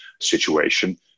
situation